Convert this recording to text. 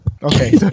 Okay